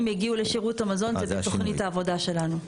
יגיעו לשירות המזון זה בתוכנית העבודה שלנו.